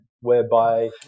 whereby